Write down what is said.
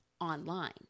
online